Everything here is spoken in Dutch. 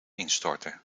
instorten